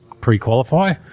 pre-qualify